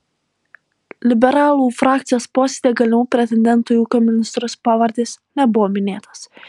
liberalų frakcijos posėdyje galimų pretendentų į ūkio ministrus pavardės nebuvo minėtos